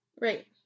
Right